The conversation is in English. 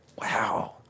Wow